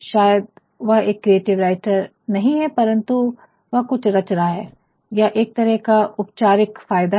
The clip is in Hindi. शायद वह एक क्रिएटिव राइटर नहीं है परंतु वह कुछ रच रहा है यह एक तरह का उपचारिक फायदा है